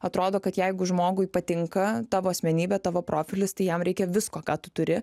atrodo kad jeigu žmogui patinka tavo asmenybė tavo profilis tai jam reikia visko ką tu turi